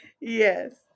yes